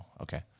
Okay